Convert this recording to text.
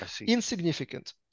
insignificant